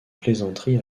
plaisanterie